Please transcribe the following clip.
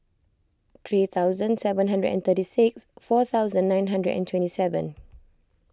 three thousand seven hundred and thirty six four thousand nine hundred and twenty seven